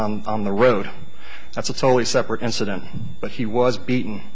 on the road that's a totally separate incident but he was beaten